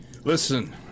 Listen